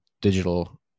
digital